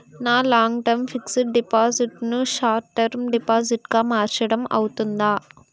నా long term fixed deposit ను short term deposit గా మార్చటం అవ్తుందా?